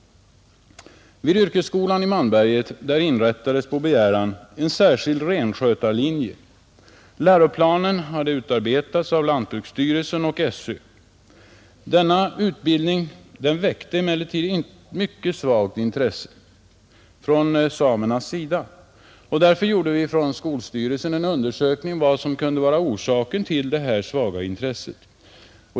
Vid yrkesskolan i Malmberget inrättades på begäran en särskild renskötarlinje. Läroplanen utarbetades av lantbruksstyrelsen och SÖ. Denna utbildning väckte emellertid ett mycket svagt intresse från samernas sida, och därför gjorde skolstyrelsen en undersökning om orsaken till det svaga intresset.